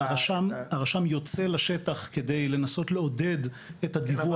הרשם יוצא לשטח כדי לנסות לעודד את הדיווח.